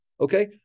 okay